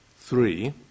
Three